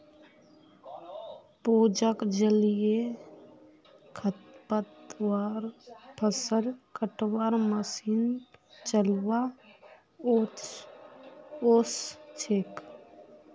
पूजाक जलीय खरपतवार फ़सल कटवार मशीन चलव्वा ओस छेक